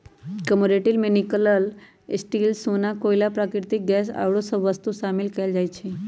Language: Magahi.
कमोडिटी में निकल, स्टील,, सोना, कोइला, प्राकृतिक गैस आउरो वस्तु शामिल कयल जाइ छइ